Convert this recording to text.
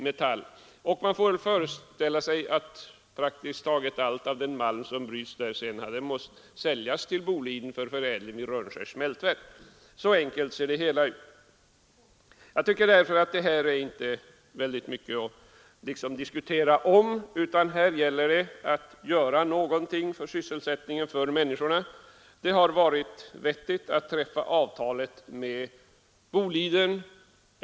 Man får föreställa sig att praktiskt taget all den malm som skulle ha brutits där sedan måst säljas till Boliden för förädling vid Rönnskärs smältverk. Så enkelt ser det hela ut. Jag tycker därför att det här inte är så mycket att diskutera, utan här gäller det att göra någonting för att skapa sysselsättning åt människorna. Det var vettigt att träffa avtalet med Boliden.